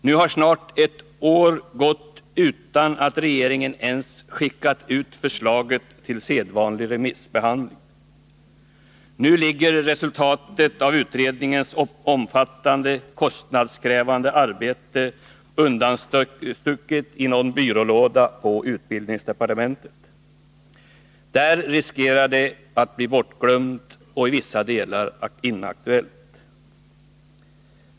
Nu har snart ett år gått utan att regeringen ens skickat ut förslaget för sedvanlig remissbehandling. Nu ligger resultatet av utredningens omfattande kostnadskrävande arbete undanstucket i någon byrålåda på utbildningsdepartementet. Där finns det risk för att det blir bortglömt och i vissa delar inaktuellt.